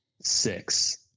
Six